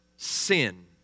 sin